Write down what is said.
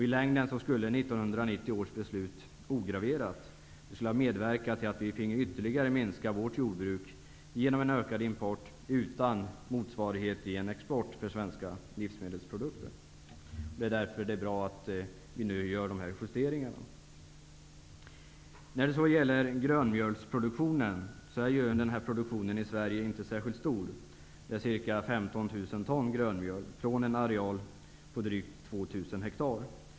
I längden skulle 1990 års beslut -- om det finge gälla ograverat -- ha medverkat till att vi ytterligare finge minska vårt jordbruk genom en ökad import utan någon motsvarande export av svenska livsmedelsprodukter. Det är därför bra att nu göra dessa justeringar. Grönmjölsproduktionen i Sverige är ju inte särskilt stor, ca 15 000 ton grönmjöl från en areal om drygt 2 000 ha.